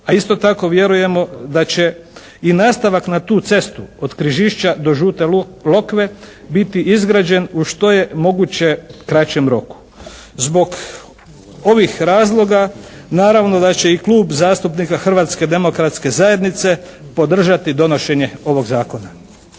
A isto tako vjerujemo da će i nastavak na tu cestu od Križišća do Žute Lokve biti izgrađen u što je moguće kraćem roku. Zbog ovih razloga naravno da će i Klub zastupnika Hrvatske demokratske zajednice podržati donošenje ovog zakona.